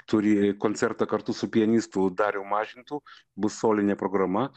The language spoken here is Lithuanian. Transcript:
turi koncertą kartu su pianistu darium mažintu bus solinė programa